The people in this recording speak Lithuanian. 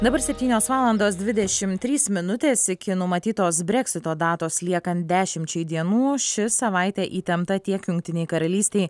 dabar septynios valandos dvidešim trys minutės iki numatytos breksito datos liekant dešimčiai dienų ši savaitė įtempta tiek jungtinei karalystei